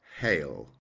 hail